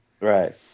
Right